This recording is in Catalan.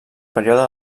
període